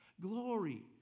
Glory